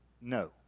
No